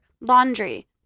laundry